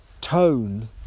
tone